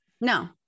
no